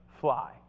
fly